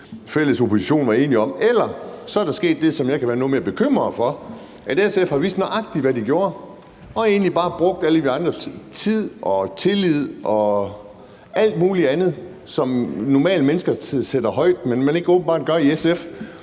fælles opposition var enige om, eller også er der sket det, som jeg kan være noget mere bekymret for, nemlig at SF har vidst nøjagtig, hvad de gjorde, og egentlig bare brugte alle vor andres tid, tillid og alt muligt andet, som normale mennesker sætter højt, men som man åbenbart ikke gør i SF.